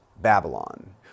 Babylon